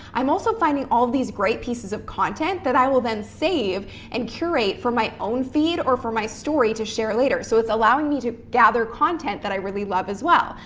i'm also finding all of these great pieces of content that i will then save and curate for my own feed or for my story to share later. so it's allowing me to gather content that i really love as well.